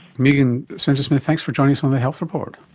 megan spencer-smith, thanks for joining us on the health report.